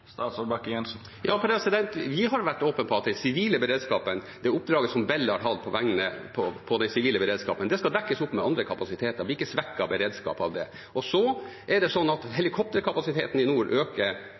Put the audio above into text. Vi har vært åpne på at den sivile beredskapen, det oppdraget som Bell har hatt i den sivile beredskapen, skal dekkes opp med andre kapasiteter. Det blir ikke svekket beredskap av det. Helikopterkapasiteten i nord øker betydelig, hele tida. Når vi får faset inn nye redningshelikoptre, er det